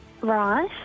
Right